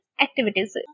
activities